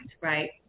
right